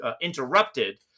Interrupted